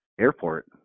airport